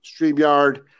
StreamYard